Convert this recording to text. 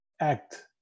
act